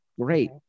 great